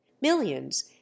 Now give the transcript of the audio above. millions